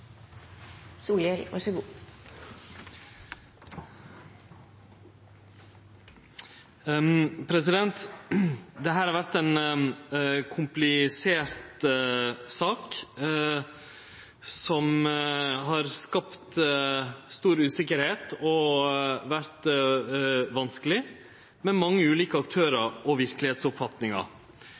har vore ei komplisert sak, som har skapt stor uvisse og vore vanskeleg, med mange ulike aktørar og